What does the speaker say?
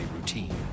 routine